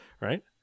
right